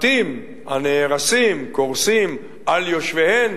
בתים הקורסים על יושביהם